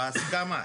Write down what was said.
בהסכמה.